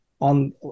on